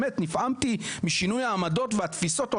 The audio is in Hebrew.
באמת נפעמתי משינוי העמדות ותפיסות העולם.